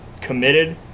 committed